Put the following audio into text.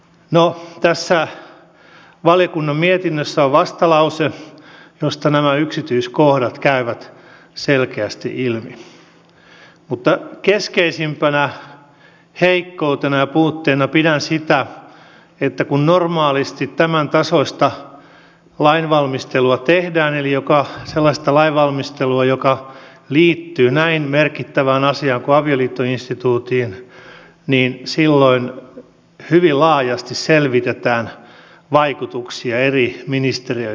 no tässä valiokunnan mietinnössä on vastalause josta nämä yksityiskohdat käyvät selkeästi ilmi mutta keskeisimpänä heikkoutena ja puutteena pidän sitä että kun normaalisti tämäntasoista lainvalmistelua tehdään eli sellaista lainvalmistelua joka liittyy näin merkittävään asiaan kuin avioliittoinstituuttiin niin silloin hyvin laajasti selvitetään vaikutuksia eri ministeriöiden välillä